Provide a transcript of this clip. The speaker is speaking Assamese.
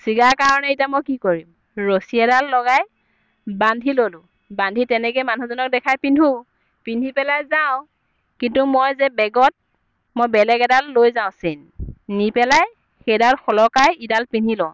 ছিগাৰ কাৰণে এতিয়া মই কি কৰিম ৰছী এডাল লগাই বান্ধি ল'লোঁ বান্ধি তেনেকৈ মানুহজনক দেখাই পিন্ধোঁ পিন্ধি পেলাই যাওঁ কিন্তু মই যে বেগত মই বেলেগ এডাল লৈ যাওঁ ছেইন নি পেলাই সেইডাল সলকাই ইডাল পিন্ধি লওঁ